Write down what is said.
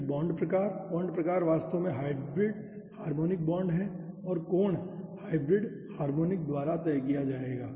फिर बॉन्ड प्रकार बॉन्ड प्रकार वास्तव में हाइब्रिड हार्मोनिक बॉन्ड है और कोण हाइब्रिड हार्मोनिक द्वारा तय किया जाएगा